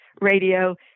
Radio